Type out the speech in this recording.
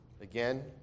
Again